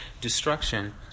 destruction